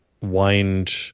wind